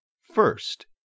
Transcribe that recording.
First